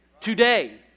today